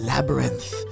Labyrinth